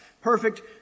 perfect